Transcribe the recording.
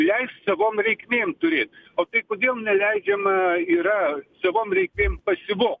leis savom reikmėm turėt o tai kodėl neleidžiama yra savom reikmėm pasivogt